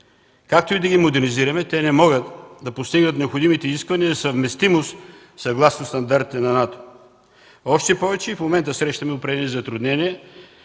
Както и да ги модернизираме, не могат да постигнат необходимите изисквания за съвместимост, съгласно стандартите на НАТО. Още повече в момента срещаме определени затруднения